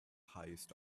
highest